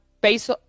based